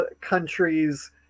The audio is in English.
countries